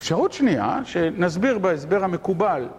אפשרות שנייה, שנסביר בהסבר המקובל.